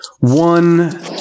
one